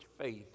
faith